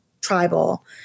tribal